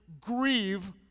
grieve